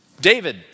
David